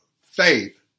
faith